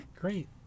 Great